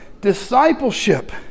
discipleship